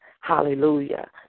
Hallelujah